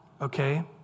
okay